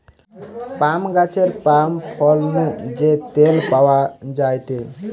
পাম গাছের পাম ফল নু যে তেল পাওয়া যায়টে